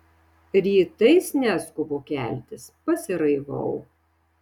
rytais neskubu keltis pasiraivau